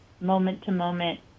moment-to-moment